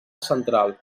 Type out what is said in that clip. central